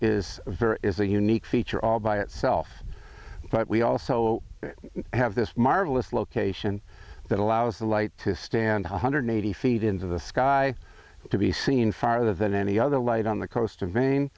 very is a unique feature all by itself but we also have this marvelous location that allows the light to stand one hundred eighty feet into the sky to be seen farther than any other light on the coast of main